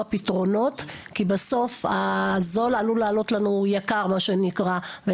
פתרונות כי בסוף הזול עלול לעלות לנו ביוקר מה שנקרא.